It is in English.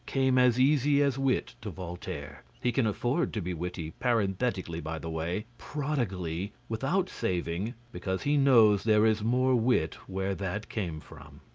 came as easy as wit to voltaire. he can afford to be witty, parenthetically, by the way, prodigally, without saving, because he knows there is more wit where that came from.